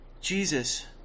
Jesus